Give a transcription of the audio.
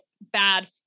bad